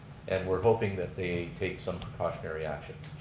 and we're hoping that they take some precautionary action.